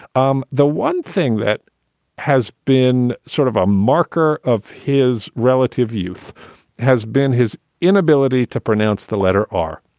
um the one thing that has been sort of a marker of his relative youth has been his inability to pronounce the letter r.